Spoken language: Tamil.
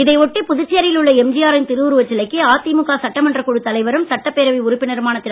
இதை ஒட்டி புதுச்சேரியில் உள்ள எம்ஜிஆ ரின் திருஉருவச் சிலைக்கு அதிமுக சட்டமன்றக் குழுத் தலைவரும் சட்டப்பேரவை உறுப்பினருமான திரு